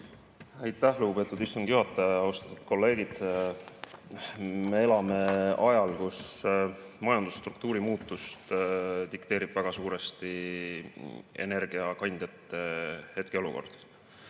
Aitäh, lugupeetud istungi juhataja! Austatud kolleegid! Me elame ajal, kui majandusstruktuuri muutust dikteerib väga suuresti energiakandjate hetkeolukord.